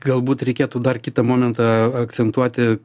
galbūt reikėtų dar kitą momentą akcentuoti